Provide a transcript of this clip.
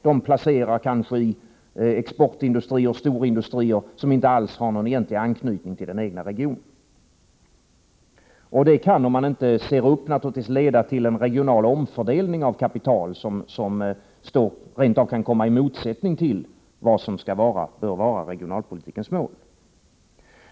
De placerar kanske i exportindustrier, i storindustrier som inte alls har någon egentlig anknytning till den egna regionen. Det kan, om man inte ser upp, naturligtvis leda till en regional omfördelning av kapital som rent av kan komma i motsättning till vad som bör vara regionalpolitikens mål.